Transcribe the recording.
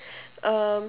um